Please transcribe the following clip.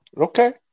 Okay